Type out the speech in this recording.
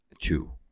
Two